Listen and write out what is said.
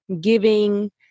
giving